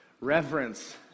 reverence